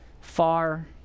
Far